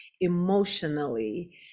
emotionally